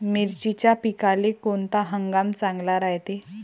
मिर्चीच्या पिकाले कोनता हंगाम चांगला रायते?